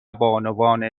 بانوان